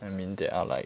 I mean there are like